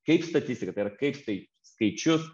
kaip statistiką tai yra kaip tai skaičius